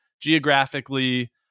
geographically